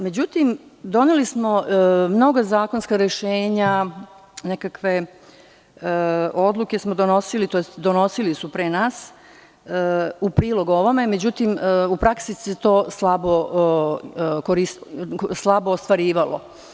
Međutim, doneli smo mnoga zakonska rešenja, nekakve odluke smo donosili, tj. donosili su pre nas, u prilog ovome, ali u praksi se to slabo ostvarivalo.